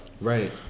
Right